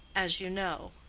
as you know